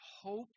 hope